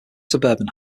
suburban